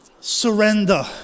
surrender